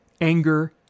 Anger